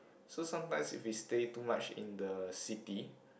so sometimes if we stay too much in the city